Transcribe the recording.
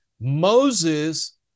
Moses